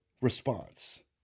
response